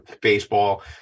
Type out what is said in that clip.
baseball